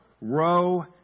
row